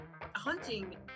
Hunting